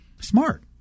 smart